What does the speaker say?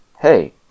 Hey